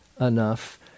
enough